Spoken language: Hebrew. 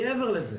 מעבר לזה,